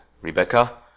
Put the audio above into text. Rebecca